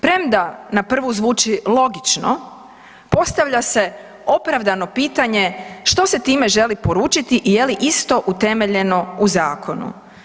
Premda na prvu zvuči logično, postavlja se opravdano pitanje što se time želi poručiti i je li isto utemeljeno u zakonu.